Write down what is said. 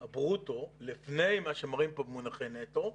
הברוטו, לפני מה שמראים כאן במונחי נטו,